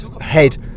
head